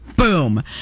Boom